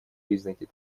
признаки